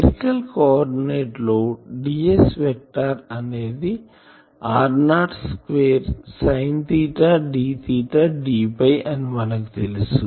spherical coordinate లో ds vector అనేది r0 square sine theta d theta d phi అని మనకి తెలుసు